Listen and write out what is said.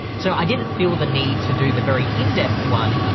so i didn't feel the need to do the very in-depth one,